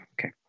Okay